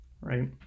right